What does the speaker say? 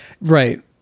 Right